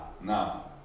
now